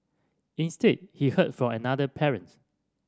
instead he heard from another parent